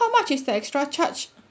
how much is the extra charge